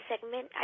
segment